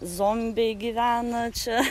zombiai gyvena čia